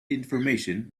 information